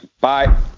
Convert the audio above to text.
Bye